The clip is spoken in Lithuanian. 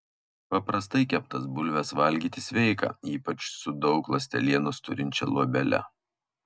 paprastai keptas bulves valgyti sveika ypač su daug ląstelienos turinčia luobele